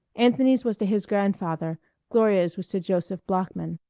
anthony's was to his grandfather gloria's was to joseph bloeckman.